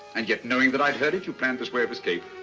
and yet knowing that i'd heard it you planned this way of escape.